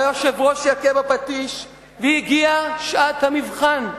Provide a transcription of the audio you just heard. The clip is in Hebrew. היושב-ראש יכה בפטיש והגיעה שעת המבחן.